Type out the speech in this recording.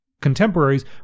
Contemporaries